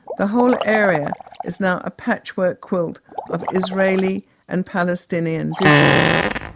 the whole area is now a patchwork quilt of israeli and palestinian districts.